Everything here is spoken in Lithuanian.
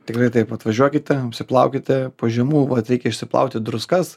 tikrai taip atvažiuokite apsiplaukite po žiemų vat reikia išsiplauti druskas